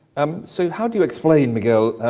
um so, how do you explain, miguel,